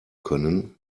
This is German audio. können